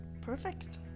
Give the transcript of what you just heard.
Perfect